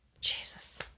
Jesus